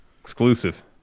Exclusive